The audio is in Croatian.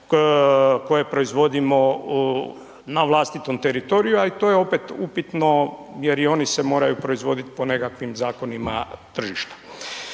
koje proizvodimo na vlastitom teritoriju, a i to je opet upitno jer i oni se moraju proizvodit po nekakvim zakonima tržišta.